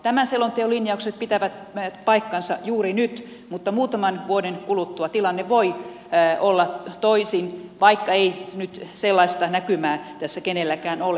tämän selonteon linjaukset pitävät paikkansa juuri nyt mutta muutaman vuoden kuluttua tilanne voi olla toisin vaikka ei nyt sellaista näkymää tässä kenelläkään ole